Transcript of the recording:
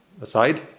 aside